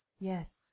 Yes